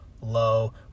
low